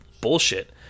bullshit